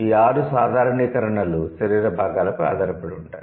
ఈ 6 సాధారణీకరణలు శరీర భాగాలపై ఆధారపడి ఉంటాయి